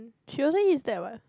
she also eats that what